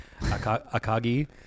Akagi